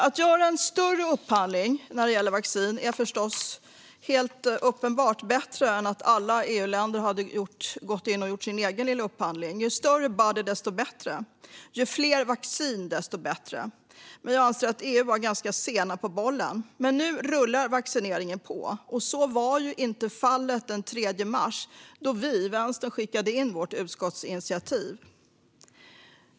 Att göra en större upphandling när det gäller vaccin är naturligtvis helt uppenbart bättre än att alla EU-länder hade gått in och gjort sin egen lilla upphandling. Ju större body desto bättre. Ju fler vacciner desto bättre. Jag anser att EU var ganska sena på bollen, men nu rullar vaccineringen på. Så var dock inte fallet den 3 mars när vi i Vänsterpartiet skickade in vårt utskottsinitiativ.